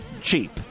cheap